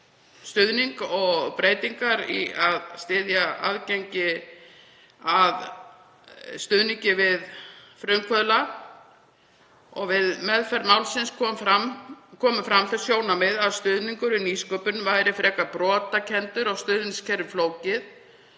stuðning og breytingar til að styðja aðgengi að stuðningi við frumkvöðla. Við meðferð málsins komu fram þau sjónarmið að stuðningur við nýsköpun væri frekar brotakenndur og stuðningskerfið flókið.